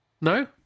No